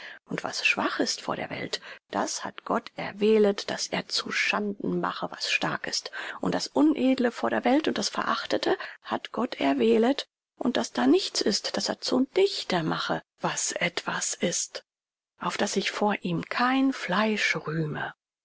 und was schwach ist vor der welt das hat gott erwählet daß er zu schanden mache was stark ist und das unedle vor der welt und das verachtete hat gott erwählet und das da nichts ist daß er zu nichte mache was etwas ist auf daß sich vor ihm kein fleisch rühme